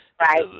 Right